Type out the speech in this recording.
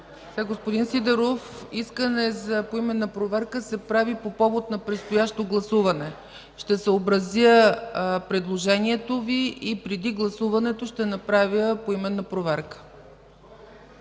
Господин Сидеров, искане за поименна проверка се прави по повод на предстоящо гласуване. Ще съобразя предложението Ви и преди гласуването ще направя поименна проверка.